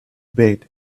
bed